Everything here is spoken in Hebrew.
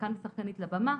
שחקן ושחקנית לבמה,